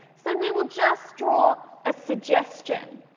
so we will just draw a suggestion.